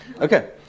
Okay